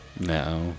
No